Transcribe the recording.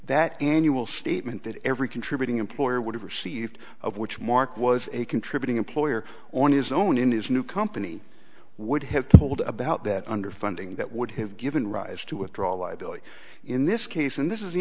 that annual statement that every contributing employer would have received of which mark was a contributing employer on his own in his new company would have told about that underfunding that would have given rise to withdraw liability in this case and this is the